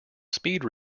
speed